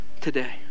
today